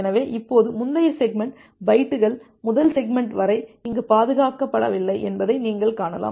எனவே இப்போது முந்தைய செக்மெண்ட் பைட்டுகள் முதல் செக்மெண்ட் வரை இங்கு பாதுகாக்கப்படவில்லை என்பதை நீங்கள் காணலாம்